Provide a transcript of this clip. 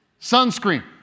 Sunscreen